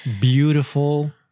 beautiful